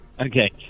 Okay